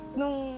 nung